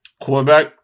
quarterback